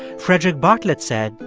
frederic bartlett said,